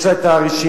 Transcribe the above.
יש לה את הרשימה,